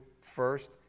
first